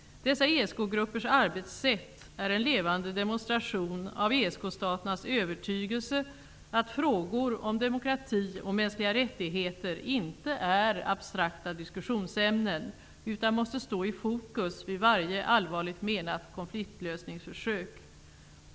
Dessa ESK-gruppers arbetssätt är en levande demonstration av ESK-staternas övertygelse att frågor om demokrati och mänskliga rättigheter inte är abstrakta diskussionsämnen utan måste stå i fokus vid varje allvarligt menat konfliktlösningsförsök.